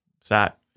sat